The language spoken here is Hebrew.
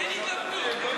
אין התלבטות.